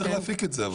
מי צריך להפיק אותו?